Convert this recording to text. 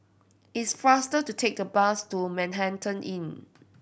it's faster to take the bus to Manhattan Inn